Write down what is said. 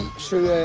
sugar.